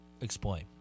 Explain